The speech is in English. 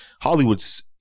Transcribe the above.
Hollywood's